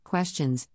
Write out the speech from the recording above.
Questions